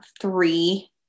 three